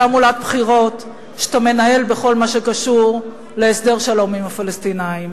תעמולת בחירות שאתה מנהל בכל מה שקשור להסדר שלום עם הפלסטינים.